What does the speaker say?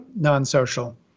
non-social